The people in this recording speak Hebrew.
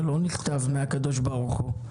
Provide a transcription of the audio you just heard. זה לא נכתב מהקדוש ברוך הוא.